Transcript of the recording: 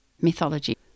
mythology